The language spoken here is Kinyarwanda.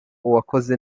uwakoze